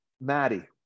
Maddie